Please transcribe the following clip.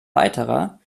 weiterer